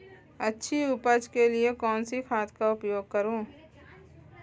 अच्छी उपज के लिए कौनसी खाद का उपयोग करूं?